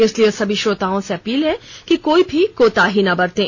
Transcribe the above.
इसलिए सभी श्रोताओं से अपील है कि कोई भी कोताही ना बरतें